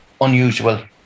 unusual